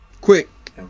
Quick